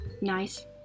nice